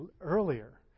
earlier